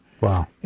Wow